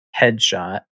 headshot